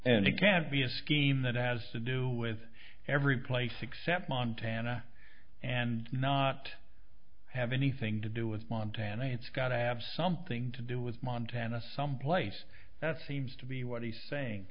and it can't be a scheme that has to do with every place except montana and not have anything to do with montana it's got to have something to do with montana someplace that seems to be what he's saying